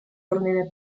ordine